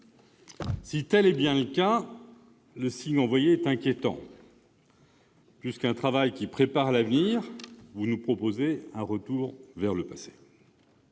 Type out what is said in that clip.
Si tel est bien le cas, le signe envoyé est inquiétant : plus qu'un travail qui prépare l'avenir, vous nous proposez un retour vers le passé.